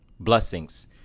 Blessings